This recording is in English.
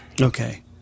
Okay